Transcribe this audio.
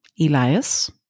Elias